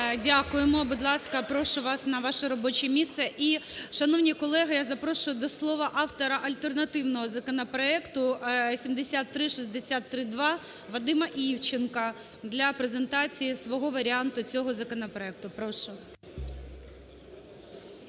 Дякуємо. Будь ласка, прошу вас на ваше робоче місце. І, шановні колеги, я запрошую до слова автора альтернативного законопроекту 7363-2 Вадима Івченка для презентації свого варіанту цього законопроекту. Прошу.